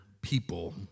people